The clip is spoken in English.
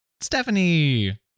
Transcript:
Stephanie